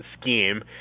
scheme